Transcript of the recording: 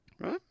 Right